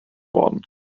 worden